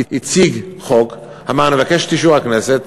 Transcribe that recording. הציג חוק, אמר: אני מבקש את אישור הכנסת.